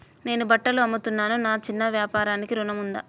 నేను బట్టలు అమ్ముతున్నాను, నా చిన్న వ్యాపారానికి ఋణం ఉందా?